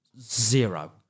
zero